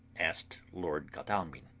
asked lord godalming.